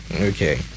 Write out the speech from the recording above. Okay